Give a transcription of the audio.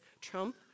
Trump